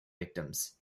victims